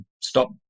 stop